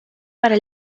para